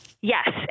Yes